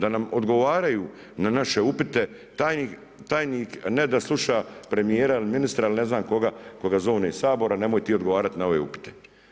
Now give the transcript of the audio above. Da nam odgovaraju na naše upite, tajnik ne da sluša premijera ili ministra ili ne znam koga zovne iz Sabora nemoj ti odgovarati na ove upite.